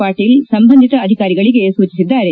ಪಾಟೀಲ್ ಸಂಬಂಧಿತ ಅಧಿಕಾರಿಗಳಿಗೆ ಸೂಚಿಸಿದ್ದಾರೆ